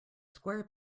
square